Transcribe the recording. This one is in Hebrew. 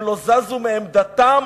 הם לא זזו מעמדתם